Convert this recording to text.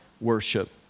worship